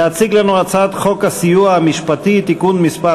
להציג לפנינו הצעת את חוק הסיוע המשפטי (תיקון מס'